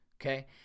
okay